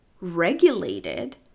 regulated